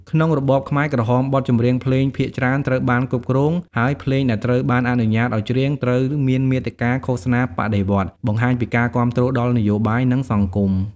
ក្នុងរបបខ្មែរក្រហម បទចម្រៀងភ្លេងភាគច្រើនត្រូវបានគ្រប់គ្រង ហើយភ្លេងដែលត្រូវបានអនុញ្ញាតឲ្យច្រៀងត្រូវមានមាតិកាឃោសនាបដិវត្តន៍ បង្ហាញពីការគាំទ្រដល់នយោបាយ និងសង្គម។